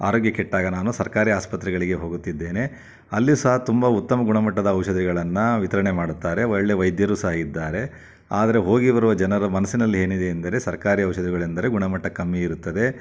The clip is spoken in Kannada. ಆರೋಗ್ಯ ಕೆಟ್ಟಾಗ ನಾನು ಸರ್ಕಾರಿ ಆಸ್ಪತ್ರೆಗಳಿಗೆ ಹೋಗುತ್ತಿದ್ದೇನೆ ಅಲ್ಲಿ ಸಹ ತುಂಬ ಉತ್ತಮ ಗುಣಮಟ್ಟದ ಔಷಧಿಗಳನ್ನು ವಿತರಣೆ ಮಾಡುತ್ತಾರೆ ಒಳ್ಳೆಯ ವೈದ್ಯರು ಸಹ ಇದ್ದಾರೆ ಆದರೆ ಹೋಗಿ ಬರುವ ಜನರ ಮನ್ಸಿನಲ್ಲಿ ಏನಿದೆ ಎಂದರೆ ಸರ್ಕಾರಿ ಔಷಧಿಗಳು ಎಂದರೆ ಗುಣಮಟ್ಟ ಕಮ್ಮಿ ಇರುತ್ತದೆ